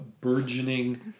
burgeoning